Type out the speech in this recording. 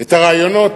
את הרעיונות,